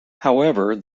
however